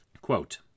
Quote